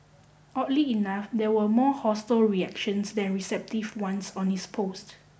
oddly enough there were more hostile reactions than receptive ones on his post